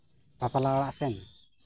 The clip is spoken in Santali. ᱵᱟᱯᱞᱟ ᱚᱲᱟᱜ ᱥᱮᱫ